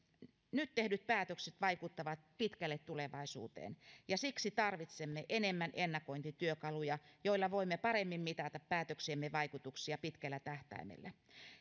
nyt tehdyt päätökset vaikuttavat pitkälle tulevaisuuteen ja siksi tarvitsemme enemmän ennakointityökaluja joilla voimme paremmin mitata päätöksiemme vaikutuksia pitkällä tähtäimellä